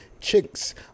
Chicks